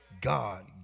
God